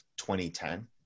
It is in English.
2010